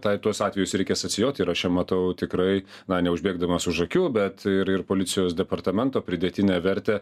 tą į tuos atvejus reikės atsižvelgt ir aš čia matau tikrai na neužbėgdamas už akių bet ir ir policijos departamento pridėtinę vertę